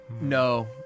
No